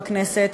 בכנסת,